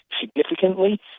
significantly